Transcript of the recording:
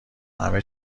همه